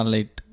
Light